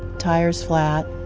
tire's flat,